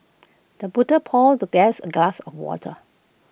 the butler poured the guest A glass of water